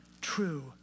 true